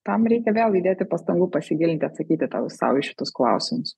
tam reikia vėl įdėti pastangų pasigilinti atsakyti tau sau į šitus klausimus